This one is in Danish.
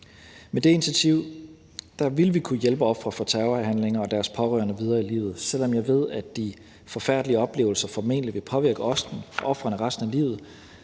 Med det initiativ ville vi kunne hjælpe ofre for terrorhandlinger og deres pårørende videre i livet, og selv om jeg ved, at de forfærdelige oplevelser formentlig vil påvirke ofrene resten af livet,